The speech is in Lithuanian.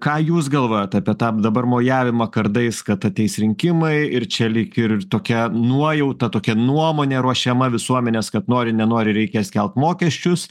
ką jūs galvojat apie tą dabar mojavimą kardais kad ateis rinkimai ir čia lyg ir tokia nuojauta tokia nuomonė ruošiama visuomenės kad nori nenori reikės kelt mokesčius